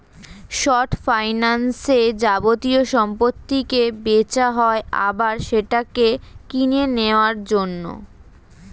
short ফাইন্যান্সে যাবতীয় সম্পত্তিকে বেচা হয় আবার সেটাকে কিনে নেওয়ার জন্য